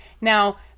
Now